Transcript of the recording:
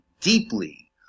deeply